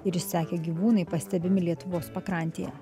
ir išsekę gyvūnai pastebimi lietuvos pakrantėje